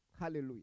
Hallelujah